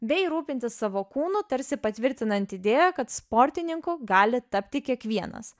bei rūpintis savo kūnu tarsi patvirtinant idėją kad sportininku gali tapti kiekvienas